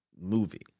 movie